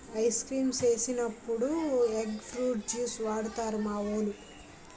ice creams చేసినప్పుడు egg fruit juice వాడుతారు మావోలు